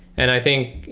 and i think